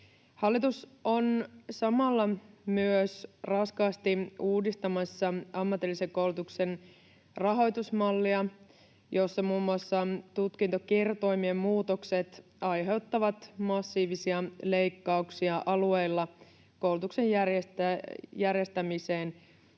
Hallitus on samalla myös raskaasti uudistamassa ammatillisen koulutuksen rahoitusmallia, jossa muun muassa tutkintokertoimien muutokset aiheuttavat massiivisia leikkauksia alueilla koulutuksen järjestämiseen